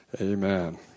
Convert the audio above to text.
amen